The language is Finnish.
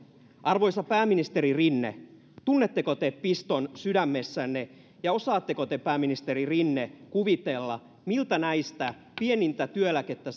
arvoisa pääministeri rinne tunnetteko te piston sydämessänne ja osaatteko te pääministeri rinne kuvitella miltä näistä pienintä työeläkettä